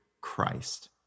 Christ